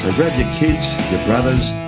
ah grab your kids, your brothers,